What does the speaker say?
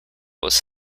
was